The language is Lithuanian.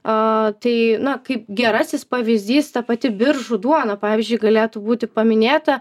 aa tai kaip gerasis pavyzdys ta pati biržų duona pavyzdžiui galėtų būti paminėta